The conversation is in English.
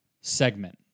segment